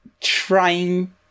trying